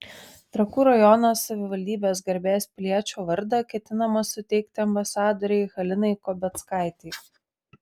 trakų rajono savivaldybės garbės piliečio vardą ketinama suteikti ambasadorei halinai kobeckaitei